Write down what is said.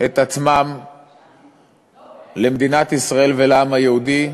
את עצמם למען מדינת ישראל ולמען העם היהודי,